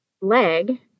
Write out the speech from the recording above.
leg